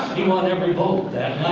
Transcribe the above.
he won every vote